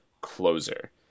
closer